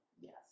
Yes